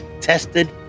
tested